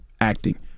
acting